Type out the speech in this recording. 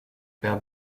père